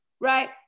right